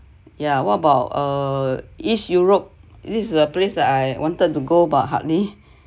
yeah what about uh east europe this is the place that I wanted to go but hardly